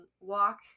walk